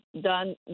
done